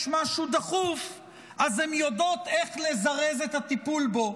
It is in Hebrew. משהו דחוף אז הן יודעות איך לזרז את הטיפול בו,